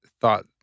thought